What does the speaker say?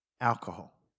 alcohol